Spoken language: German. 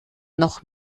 noch